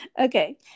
okay